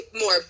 more